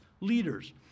leaders